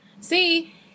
see